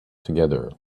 together